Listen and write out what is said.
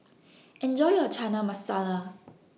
Enjoy your Chana Masala